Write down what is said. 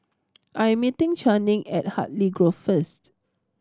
I am meeting Channing at Hartley Grove first